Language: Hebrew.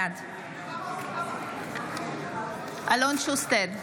בעד אלון שוסטר,